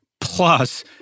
plus